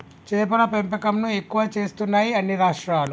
చేపల పెంపకం ను ఎక్కువ చేస్తున్నాయి అన్ని రాష్ట్రాలు